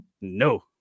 no